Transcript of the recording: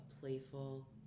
playful